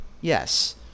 Yes